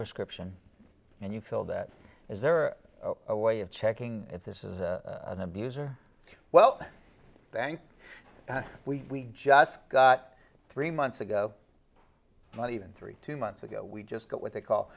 prescription and you feel that is there a way of checking if this is an abuser well thank you we just got three months ago not even three two months ago we just got what they call